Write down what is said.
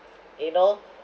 you know